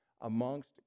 amongst